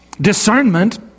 Discernment